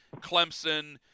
Clemson